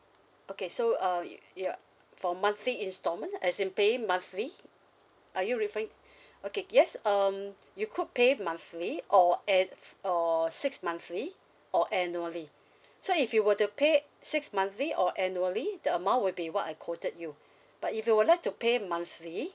okay so uh ya for monthly instalment as in paying monthly are you referring okay yes um you could pay monthly or at or six monthly or annually so if you were to pay six monthly or annually the amount would be what I quoted you but if you would like to pay monthly